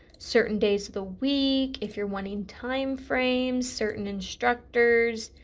certain days of the week, if you are wanting time frames, certain instructors,